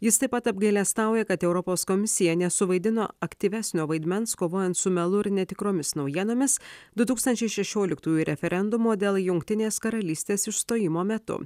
jis taip pat apgailestauja kad europos komisija nesuvaidino aktyvesnio vaidmens kovojant su melu ir netikromis naujienomis du tūkstančiai šešioliktųjų referendumo dėl jungtinės karalystės išstojimo metu